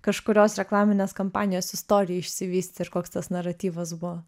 kažkurios reklaminės kampanijos istorija išsivystė ir koks tas naratyvas buvo